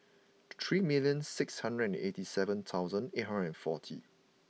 three million six hundred and eighty seven thousand eight hundred and forty